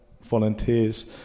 volunteers